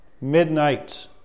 midnight